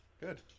Good